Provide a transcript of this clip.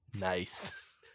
Nice